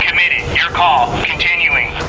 committed, your call, continuing.